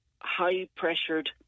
high-pressured